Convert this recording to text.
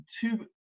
two